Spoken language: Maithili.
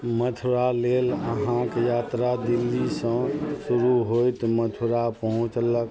मथुरा लेल अहाँक यात्रा दिल्लीसँ शुरू होइत मथुरा पहुँचलक